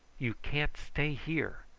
you can't stay here!